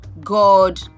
God